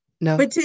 No